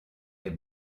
est